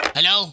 Hello